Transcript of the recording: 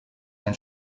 ein